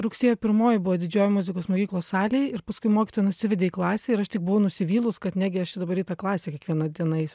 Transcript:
rugsėjo pirmoji buvo didžiojoj muzikos mokyklos salėj ir paskui mokytoja nusivedė į klasę ir aš tik buvau nusivylus kad negi aš čia dabar į tą klasę kiekvieną dieną eisiu